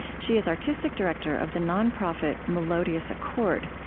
she is artistic director of the non-profit melodious accord.